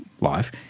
life